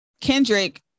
Kendrick